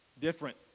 Different